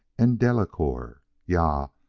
and, delacouer ja!